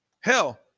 Hell